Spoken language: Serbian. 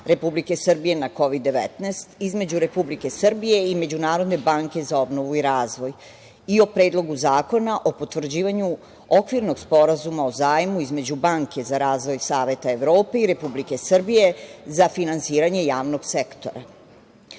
Republike Srbije na Kovid-19“ između Republike Srbije i Međunarodne banke za obnovu i razvoj i o Predlogu zakona o potvrđivanju Okvirnog sporazuma o zajmu između Banke za razvoj Saveta Evrope i Republike Srbije za finansiranje javnog sektora. Ono